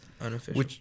Unofficial